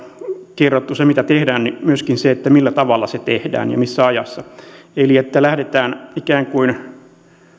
paitsi se mitä tehdään myöskin se millä tavalla se tehdään ja missä ajassa että lähdetään ikään kuin